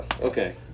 Okay